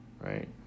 right